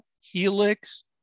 helix